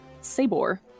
Sabor